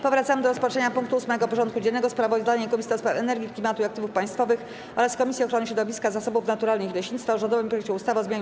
Powracamy do rozpatrzenia punktu 8. porządku dziennego: Sprawozdanie Komisji do Spraw Energii, Klimatu i Aktywów Państwowych oraz Komisji Ochrony Środowiska, Zasobów Naturalnych i Leśnictwa o rządowym projekcie ustawy o zmianie